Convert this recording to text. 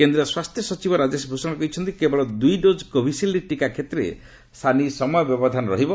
କେନ୍ଦ୍ର ସ୍ୱାସ୍ଥ୍ୟ ସଚିବ ରାଜେଶ ଭୂଷଣ କହିଛନ୍ତି କେବଳ ଦୁଇ ଡୋଜ କୋଭିସିଲ୍ ଟିକା କ୍ଷେତ୍ରରେ ସାନି ସମୟ ବ୍ୟବଧାନ ରହିବ